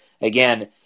again